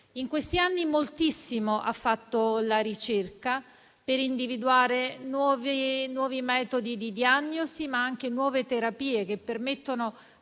In questi anni moltissimo ha fatto la ricerca per individuare nuovi metodi di diagnosi, ma anche nuove terapie che permettono